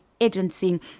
Agency